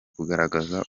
kugaragaza